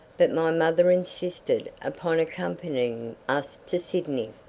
but my mother insisted upon accompanying us to sydney,